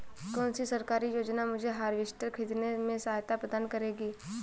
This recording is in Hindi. कौन सी सरकारी योजना मुझे हार्वेस्टर ख़रीदने में सहायता प्रदान करेगी?